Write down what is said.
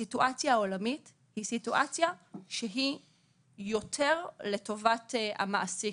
הסיטואציה העולמית יותר לטובת המעסיק,